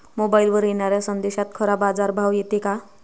मोबाईलवर येनाऱ्या संदेशात खरा बाजारभाव येते का?